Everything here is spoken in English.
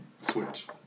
switch